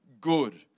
good